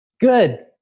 good